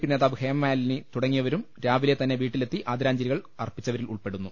P നേതാവ് Hemamalini തുടങ്ങിയവരും രാവിലെ തന്നെ വീട്ടിലെത്തി ആദരാഞ്ജലികൾ അർപ്പിച്ചവ രിൽ ഉൾപ്പെടുന്നു